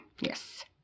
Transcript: Yes